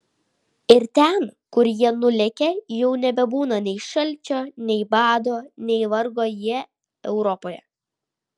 ir ten kur jie nulekia jau nebebūna nei šalčio nei bado nei vargo jie europoje